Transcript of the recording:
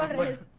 what is